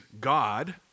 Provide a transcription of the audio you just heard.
God